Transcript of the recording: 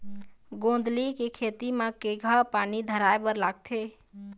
गोंदली के खेती म केघा पानी धराए बर लागथे?